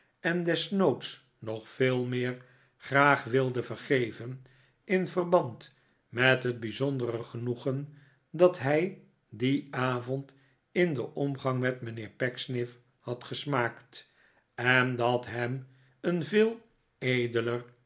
en desnoods nog veel meer graag wilde vergeven in verband met het bijzondere genoegen dat hij dien avond in den omgang met mijnheer pecksniff had gesmaakt en dat hem een